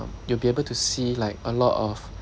you'll be able to see like a lot of